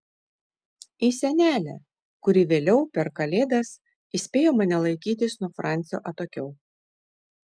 į senelę kuri vėliau per kalėdas įspėjo mane laikytis nuo francio atokiau